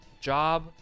Job